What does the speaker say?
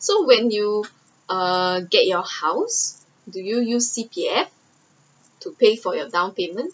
so when you uh get your house do you use C_P_F to pay for your down payment